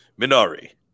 Minari